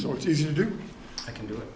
do i can do it